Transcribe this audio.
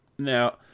Now